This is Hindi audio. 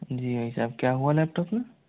जी साहब क्या हुआ लैपटॉप में